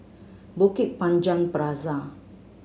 Bukit Panjang Plaza